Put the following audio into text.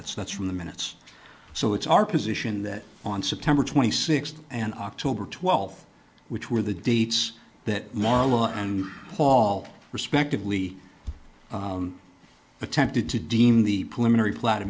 that's that's from the minutes so it's our position that on september twenty sixth and october twelfth which were the dates that marlo and paul respectively attempted to deem the